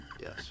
Yes